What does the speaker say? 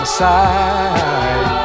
side